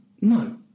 No